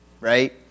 right